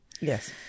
Yes